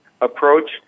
approach